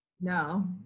No